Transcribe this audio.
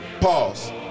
Pause